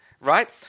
right